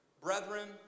Brethren